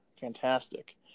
fantastic